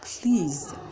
please